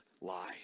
lie